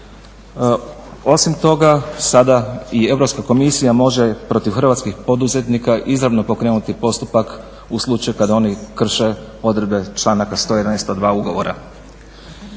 Osim toga sada i Europska komisija može protiv hrvatskih poduzetnika izravno pokrenuti postupak u slučaju kada oni krše odredbe članaka 101. i 102. ugovora.